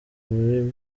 muri